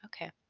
okay